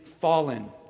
fallen